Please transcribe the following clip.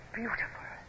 beautiful